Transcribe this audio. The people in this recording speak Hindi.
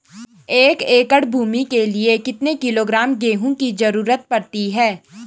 एक एकड़ भूमि के लिए कितने किलोग्राम गेहूँ की जरूरत पड़ती है?